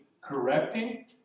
correcting